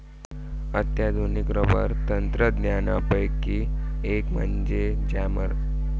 अत्याधुनिक रबर तंत्रज्ञानापैकी एक म्हणजे जेमर